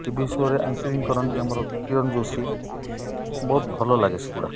ଟି V ସୋରେ anchoring କରନ୍ତି ଆମର କିରଣ ଯୋଶୀ ବହୁତ ଭଲ ଲାଗେ ସେଗୁଡ଼ା